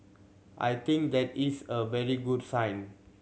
I think that is a very good sign